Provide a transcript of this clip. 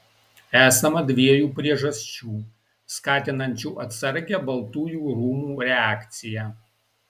esama dviejų priežasčių skatinančių atsargią baltųjų rūmų reakciją